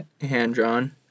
hand-drawn